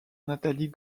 nathalie